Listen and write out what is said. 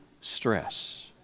stress